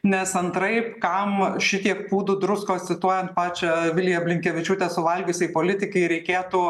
nes antraip kam šitiek pūdų druskos cituojant pačią viliją blinkevičiūtę suvalgiusiai politikei reikėtų